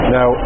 Now